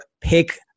Pick